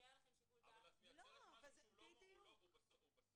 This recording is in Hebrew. יישאר לכם שיקול דעת --- אבל את מייצרת פה משהו שהוא בסוף,